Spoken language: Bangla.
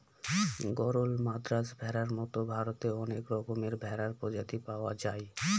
গরল, মাদ্রাজ ভেড়ার মতো ভারতে অনেক রকমের ভেড়ার প্রজাতি পাওয়া যায়